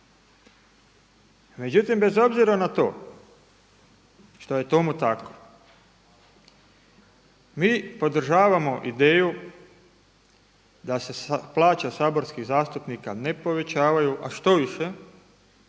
Međutim, bez obzira na to što je tomu tako, mi podržavamo ideju da se plaća saborskih zastupnika ne povećavaju, a štoviše